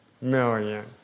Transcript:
million